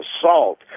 assault